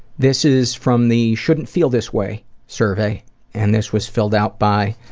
this is from the shouldn't feel this way survey and this was filled out by